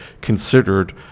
considered